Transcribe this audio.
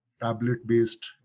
tablet-based